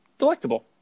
delectable